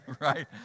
Right